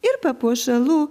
ir papuošalų